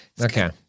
okay